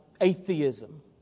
atheism